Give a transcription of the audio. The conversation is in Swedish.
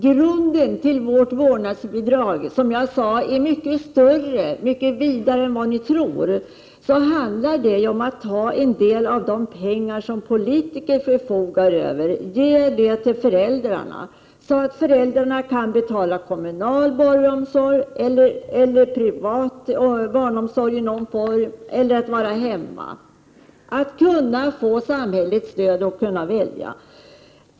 Grunden till vårt förslag om vårdnadsbidrag är, som jag sade, mycket vidare än ni tror. Det handlar om att ta en del av de pengar som politikerna förfogar över och ge till föräldrarna, så att föräldrarna kan betala kommunal barnomsorg eller privat barnomsorg i någon form eller kan vara hemma, kan få samhällets stöd och kan välja.